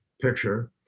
picture